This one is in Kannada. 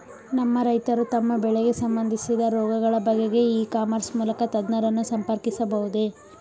ನಮ್ಮ ರೈತರು ತಮ್ಮ ಬೆಳೆಗೆ ಸಂಬಂದಿಸಿದ ರೋಗಗಳ ಬಗೆಗೆ ಇ ಕಾಮರ್ಸ್ ಮೂಲಕ ತಜ್ಞರನ್ನು ಸಂಪರ್ಕಿಸಬಹುದೇ?